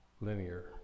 linear